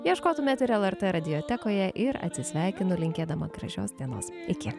ieškotumėt ir lrt radijotekoje ir atsisveikinu linkėdama gražios dienos iki